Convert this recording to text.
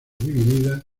dividida